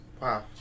wow